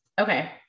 Okay